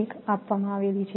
1 આપવામાં આવેલી છે